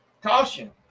Caution